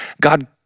god